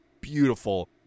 beautiful